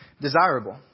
desirable